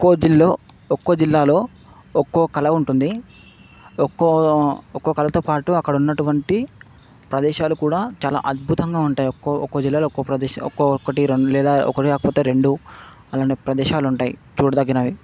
ఒక్కో జిల్లో ఒక్కో జిల్లాలో ఒక్కో కళ ఉంటుంది ఒక్కో ఒక్కో కళతో పాటు అక్కడున్నటువంటి ప్రదేశాలు కూడా చాలా అద్భుతంగా ఉంటాయి ఒక్కో జిల్లాలో ఒక్కో ప్రదేశ ఒక్కొక్కటి రెండు లేదా ఒకటి కాకపోతే రెండు అలాంటి ప్రదేశాలు ఉంటాయి చూడదగినవి